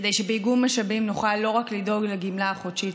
כדי שבאיגום משאבים נוכל לא רק לדאוג לגמלה החודשית